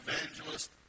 evangelist